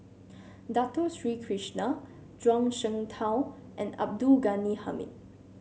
Dato Sri Krishna Zhuang Shengtao and Abdul Ghani Hamid